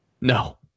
no